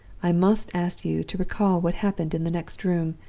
i must ask you to recall what happened in the next room,